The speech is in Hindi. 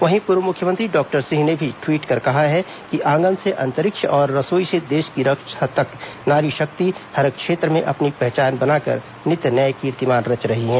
वहीं पूर्व मुख्यमंत्री डॉक्टर सिंह ने भी ट्वीट कर कहा है कि अँगन से अंतरिक्ष और रसोई से देश की रक्षा तक नारीशक्ति हर क्षेत्र में अपनी पहचान बना कर नित नए कीर्तिमान रच रही हैं